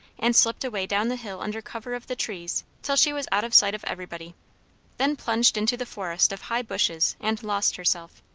and slipped away down the hill under cover of the trees till she was out of sight of everybody then plunged into the forest of high bushes and lost herself.